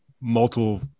multiple